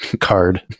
card